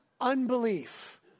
unbelief